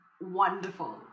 wonderful